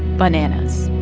bananas